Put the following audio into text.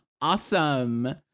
awesome